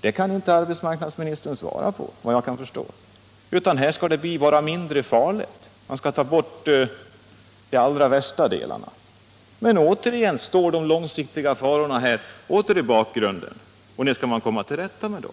Det kan inte arbetsmarknadsministern svara på, efter vad jag kan förstå. Arbetet skall bli mindre farligt, man skall ta bort de allra värsta delarna. De långsiktiga farorna skjuts återigen i bakgrunden. När skall man komma till rätta med dem?